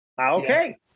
Okay